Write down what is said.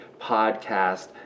podcast